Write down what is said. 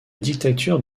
dictature